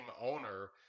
owner